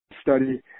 study